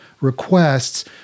requests